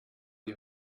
die